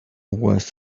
words